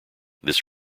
this